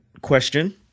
question